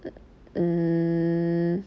mm